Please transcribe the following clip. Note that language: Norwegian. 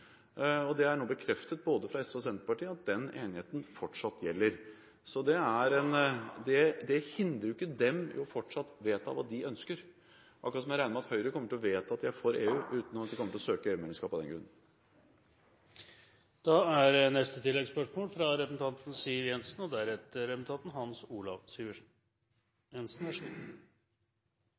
Det er nå bekreftet både fra SV og Senterpartiet at den enigheten fortsatt gjelder. Det hindrer ikke dem i fortsatt å vedta hva de ønsker – akkurat som jeg regner med at Høyre kommer til å vedta at de er for EU uten at de kommer til å søke EU-medlemskap av den grunn.